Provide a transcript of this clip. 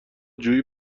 جویی